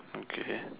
okay